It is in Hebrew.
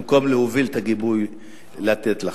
במקום להוביל את הגיבוי ולתת לך.